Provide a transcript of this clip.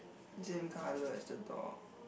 same colour as the door